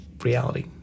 Reality